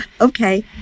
okay